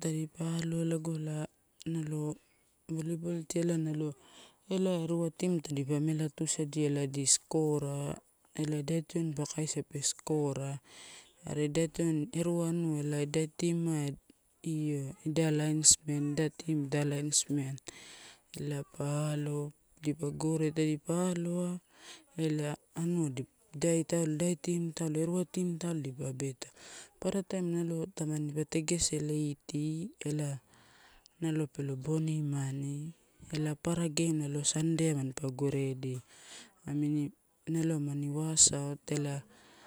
tadipa aloa ela nalo volleyball finalo nalo elai erua team tadipa tuisadia ela adi scorer, ela idai tioni pa kaisia pa score are idai tioni, erua anua elo ida team io idai linesmen, ida team ida linesmen ela pa alo dipa gore tadipa aloa ela anua dip, idai taulo idai team, erua team taulo dipa abe taulo. Papara taim nalo tamnipa tegese leiti ela nalo pelo bonimani ela papara game nalo sandei a nalo manpa goredia amini nalo amaini wasout ela.